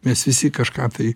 mes visi kažką tai